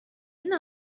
این